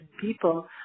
people